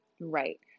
right